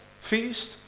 feast